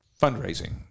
fundraising